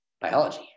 biology